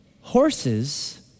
Horses